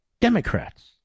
Democrats